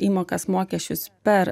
įmokas mokesčius per